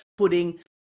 putting